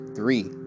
Three